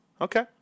Okay